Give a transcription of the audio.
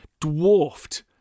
dwarfed